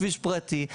כביש פרטי,